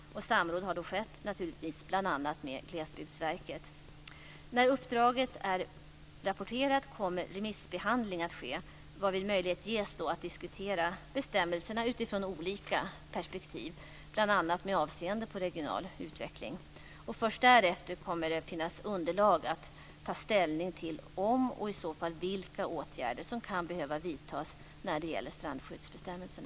Samråd har skett bl.a. med Glesbygdsverket. När uppdraget är rapporterat kommer remissbehandling att ske varvid möjlighet ges att diskutera bestämmelserna utifrån olika perspektiv, bl.a. med avseende på regional utveckling. Först därefter kommer det att finnas underlag för att ta ställning till om åtgärder kan behöva vidtas, och i så fall vilka, när det gäller strandskyddsbestämmelserna.